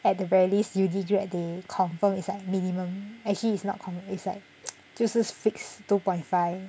at the very least uni grad they confirm is like minimum actually it's not con~ it's like 就是 fixed two point five